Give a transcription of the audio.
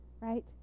right